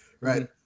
Right